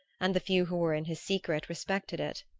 and the few who were in his secret respected it.